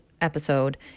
episode